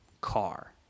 car